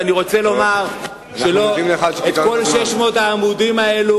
ואני רוצה לומר שאת כל 600 העמודים האלה